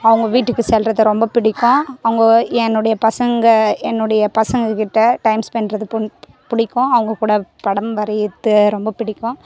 அவங்க வீட்டுக்கு செல்வது ரொம்ப பிடிக்கும் அவங்க என்னுடைய பசங்கள் என்னுடைய பசங்கள்கிட்ட டைம் ஸ்பென்ட்றது பண் பிடிக்கும் அவங்கக்கூட படம் வரையறது ரொம்ப பிடிக்கும்